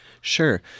Sure